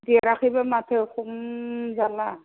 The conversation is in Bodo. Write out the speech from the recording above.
देराखैबा माथो खम जारला